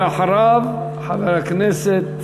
אחריו, חבר הכנסת